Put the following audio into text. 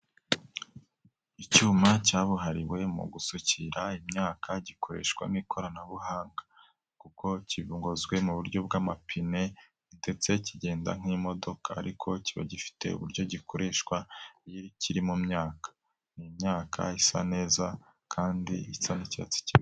Icyuma cyabuhariwe mu gusukira imyaka gikoreshwa n'ikoranabuhanga, kuko kigogozwe mu buryo bw'amapine ndetetse kigenda nk'imodoka ariko kiba gifite uburyo gikoreshwa, iyo kiri mu myaka, ni imyaka isa neza kandi isa n'icyatsi kibisi.